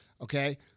Okay